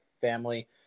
family